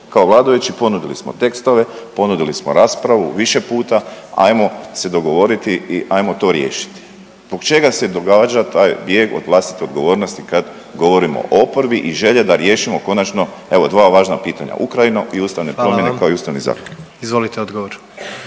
kao vladajući ponudili smo tekstove, ponudili smo raspravu više puta, ajmo se dogovoriti i ajmo to riješiti. Zbog čega se događa taj bijeg od vlastite odgovornosti kad govorimo o oporbi i želje da riješimo konačno evo dva važna pitanja, Ukrajinu i ustavne promjene…/Upadica predsjednik: